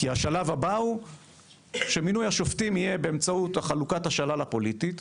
כי השלב הבא הוא שמינוי השופטים יהיה באמצעות חלוקת השלל הפוליטית.